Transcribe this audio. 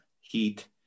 heat